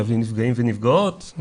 מלווים נפגעים ונפגעות,